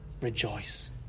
Rejoice